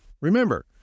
Remember